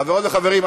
חברות וחברים,